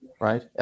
right